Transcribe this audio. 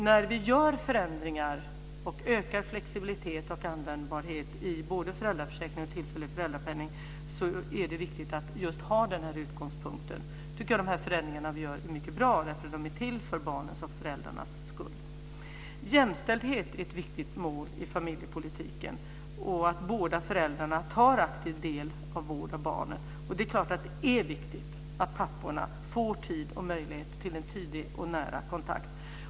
När vi genomför förändringar, ökar flexibiliteten och användbarheten i både föräldraförsäkringen och den tillfälliga föräldrapenningen är det viktigt att vi har den här utgångspunkten. Jag tycker att dessa förändringar är mycket bra, därför att de är till för barnens och föräldrarnas skull. Jämställdhet är ett viktigt mål i familjepolitiken och att båda föräldrarna tar aktiv del i vård av barnen. Det är klart att det är viktigt att papporna får tid och möjlighet till en nära kontakt.